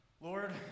Lord